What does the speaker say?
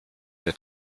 der